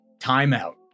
Timeout